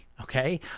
okay